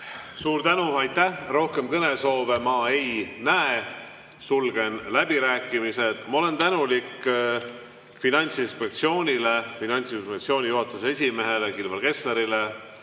Suur tänu! Aitäh! Rohkem kõnesoove ma ei näe. Sulgen läbirääkimised. Ma olen tänulik Finantsinspektsioonile, Finantsinspektsiooni juhatuse esimehele Kilvar Kesslerile